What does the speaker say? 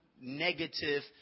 negative